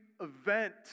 event